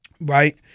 right